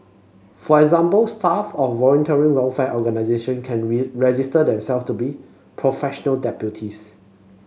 for example staff of voluntary welfare organisation can register themself to be professional deputies